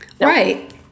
Right